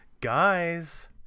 guys